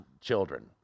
children